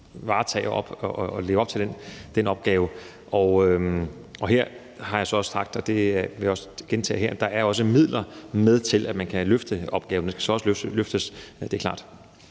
varetage og leve op til den opgave. Her har jeg så også sagt, og det vil jeg også gentage her, at der også er midler med, til at man kan løfte opgaven. Den skal så også løftes; det er klart.